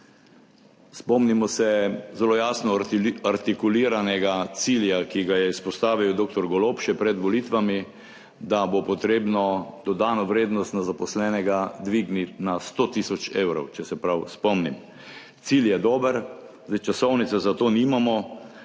Spomnimo se zelo jasno artikuliranega cilja, ki ga je izpostavil dr. Golob še pred volitvami, da bo potrebno dodano vrednost na zaposlenega dvigniti na 100 tisoč evrov, če se prav spomnim. Cilj je dober. Časovnice za to nimamo,